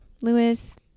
Lewis